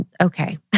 okay